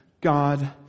God